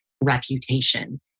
reputation